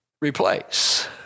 replace